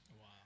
Wow